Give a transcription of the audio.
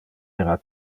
era